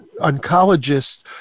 oncologists